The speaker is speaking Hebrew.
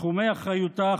תחומי אחריותה,